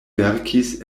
verkis